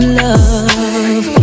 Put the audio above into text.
love